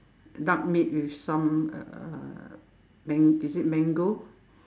duck meat with some uh mang~ is it mango